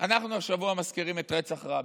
אנחנו מזכירים השבוע את רצח רבין.